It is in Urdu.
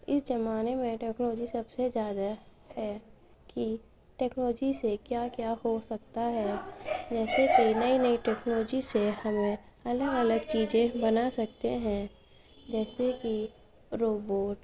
اس زمانے میں ٹیکنالوجی سب سے زیادہ ہے کہ ٹیکنالوجی سے کیا کیا ہو سکتا ہے جیسے کہ نئی نئی ٹیکنالوجی سے ہم الگ الگ چیزیں بنا سکتے ہیں جیسے کہ روبوٹ